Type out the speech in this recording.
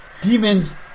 demons